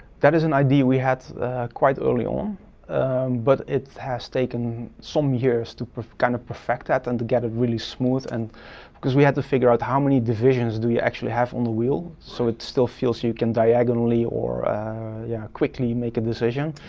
that is an idea we had quite early on but it has taken so many um years to kind of perfect that and to get it really smooth and because we had to figure out how many divisions do we actually have on the wheel so it still feels you can diagonally or yeah quickly make a decision,